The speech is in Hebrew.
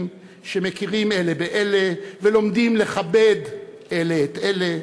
שמכירים אלה באלה ולומדים לכבד אלה את אלה.